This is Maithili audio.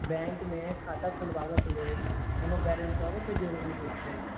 बैंक मे खाता खोलबाबऽ के लेल कोनो गैरेंटरो के जरुरी होइ छै